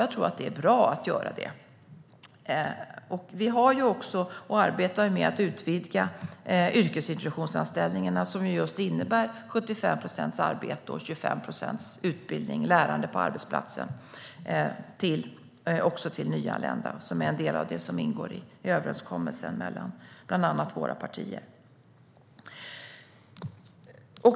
Jag tror att det är bra att göra det. Vi arbetar med att utvidga yrkesintroduktionsanställningarna, som just innebär 75 procents arbete och 25 procents utbildning, lärande på arbetsplatsen, också till nyanlända. Det är en del av det som ingår i överenskommelsen mellan bland annat våra partier.